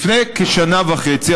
לפני כשנה וחצי,